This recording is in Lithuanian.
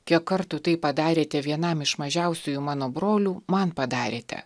kiek kartų tai padarėte vienam iš mažiausiųjų mano brolių man padarėte